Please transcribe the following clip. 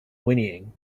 whinnying